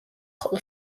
ხოლო